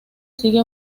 sigue